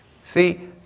See